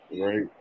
right